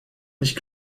nicht